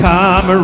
Come